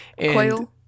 Coil